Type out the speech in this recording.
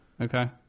Okay